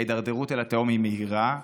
ההידרדרות אל התהום היא מהירה,